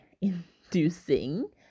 inducing